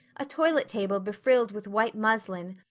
a toilet table befrilled with white muslin,